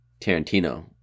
Tarantino